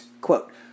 quote